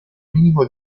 minimo